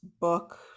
book